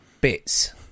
bits